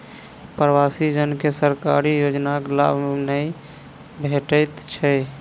प्रवासी जन के सरकारी योजनाक लाभ नै भेटैत छै